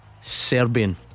Serbian